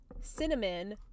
cinnamon